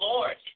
Lord